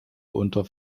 unter